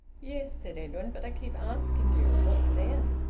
yes, said edwin. but i keep asking you what then?